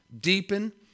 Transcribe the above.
deepen